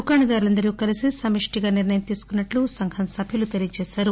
దుకాణదారులందరూ కలీసి సమష్టిగా నిర్ణయం తీసుకున్నట్లు సంఘం సభ్యులు తెలియచేశారు